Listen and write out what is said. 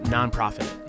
Nonprofit